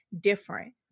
different